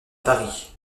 paris